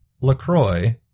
LaCroix